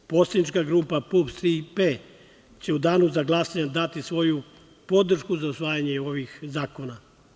Poslanička grupa PUPS – „Tri P“ će u danu za glasanje dati svoju podršku za usvajanje ovih zakona.